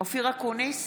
אופיר אקוניס,